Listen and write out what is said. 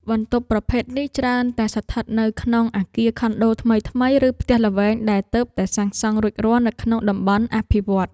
បន្ទប់ប្រភេទនេះច្រើនតែស្ថិតនៅក្នុងអគារខុនដូថ្មីៗឬផ្ទះល្វែងដែលទើបតែសាងសង់រួចរាល់នៅក្នុងតំបន់អភិវឌ្ឍន៍។